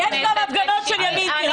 יש גם הפגנות של אנשי ימין, תירגע.